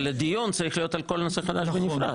אבל דיון צריך להיות על כל נושא חדש בנפרד.